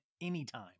anytime